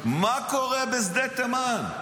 מה קורה בשדה תימן?